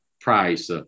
price